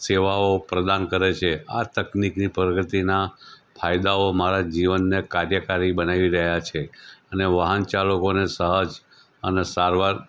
સેવાઓ પ્રદાન કરે છે આ તકનિકની પ્રગતિના ફાયદાઓ મારા જીવનને કાર્યકારી બનાવી રહ્યાં છે અને વાહન ચાલકોને સહજ અને સારવાર